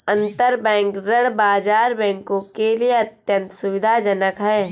अंतरबैंक ऋण बाजार बैंकों के लिए अत्यंत सुविधाजनक है